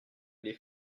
les